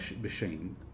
machine